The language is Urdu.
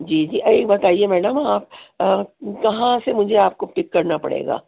جی جی یہ بتائیے میڈم آپ کہاں سے مجھے آپ کو پک کرنا پڑے گا